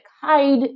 hide